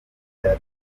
bya